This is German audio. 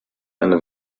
eine